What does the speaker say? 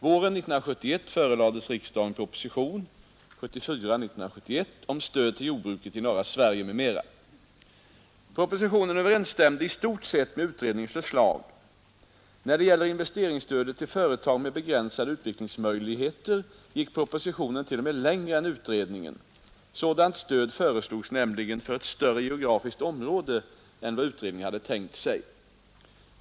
Våren 1971 förelades riksdagen propositionen 74 angående stöd till jordbruket i norra Sverige, m.m. Propositionen överensstämde i stort sett med utredningens förslag. När det gäller investeringsstödet till företag med begränsade utvecklingsmöjligheter gick propositionen t.o.m. längre än utredningen. Sädant stöd föreslogs nämligen för ett större geografiskt område än vad utredningen hade tänkt sig.